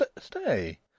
Stay